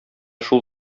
шул